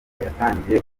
yatangiye